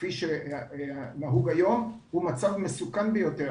כפי שנהוג היום, הוא מצב מסוכן ביותר.